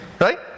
right